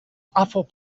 awful